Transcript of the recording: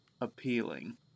appealing